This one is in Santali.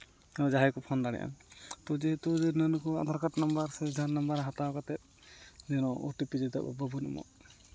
ᱡᱟᱦᱟᱸᱭ ᱠᱚ ᱯᱷᱳᱱ ᱫᱟᱲᱮᱭᱟᱜᱼᱟ ᱡᱮᱦᱮᱛᱩ ᱱᱩᱠᱩ ᱟᱫᱷᱟᱨ ᱠᱟᱨᱰ ᱱᱟᱢᱵᱟᱨ ᱥᱮ ᱡᱟᱦᱟᱱ ᱱᱟᱢᱵᱟᱨ ᱦᱟᱛᱟᱣ ᱠᱟᱛᱮᱜ ᱳ ᱴᱤ ᱯᱤ ᱡᱟᱛᱮ ᱵᱟᱵᱚᱱ ᱮᱢᱚᱜ